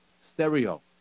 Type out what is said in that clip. stereo